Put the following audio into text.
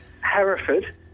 Hereford